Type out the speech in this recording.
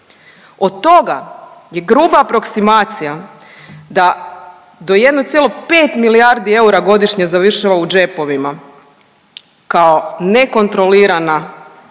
Od toga je gruba aproksimacija da do 1,5 milijardi eura godišnje završilo u džepovima kao nekontrolirana,